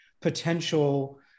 potential